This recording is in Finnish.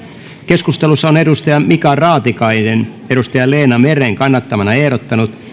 keskustelussa on mika raatikainen leena meren kannattamana ehdottanut